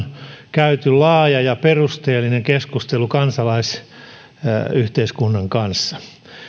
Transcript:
käyty laaja ja perusteellinen keskustelu kansalaisyhteiskunnan kanssa